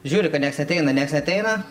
žiūri kad nieks ateina nieks neateina